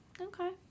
Okay